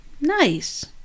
Nice